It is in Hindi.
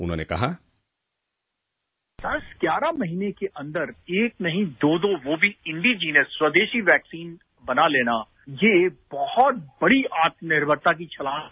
उन्होंने कहा बाइट दस ग्यारह महीने के अंदर एक नहीं दो दो वह भी इंडिजीनस स्वदेशी वैक्सीन बना लेना ये बहुत बड़ी आत्मनिर्भरता की छलांग है